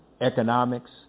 Economics